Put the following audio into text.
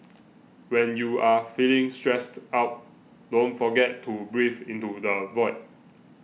when you are feeling stressed out don't forget to breathe into the void